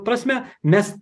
prasme mes